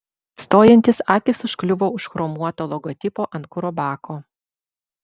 stojantis akys užkliuvo už chromuoto logotipo ant kuro bako